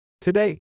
Today